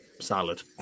salad